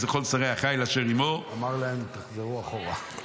וכל שרי החיל אשר עימו --" אמר להם תחזרו אחורה.